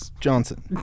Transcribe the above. Johnson